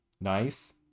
Nice